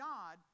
God